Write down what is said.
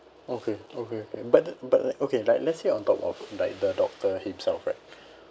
okay okay but but okay like let's say on top of like the doctor himself right